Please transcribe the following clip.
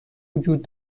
وجود